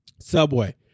Subway